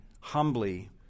humbly